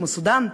כמו סודאן.